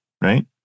Right